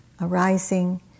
arising